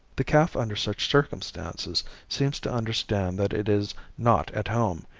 the calf under such circumstances seems to understand that it is not at home,